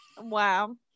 Wow